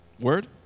Word